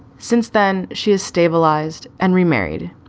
since then, she has stabilized and remarried,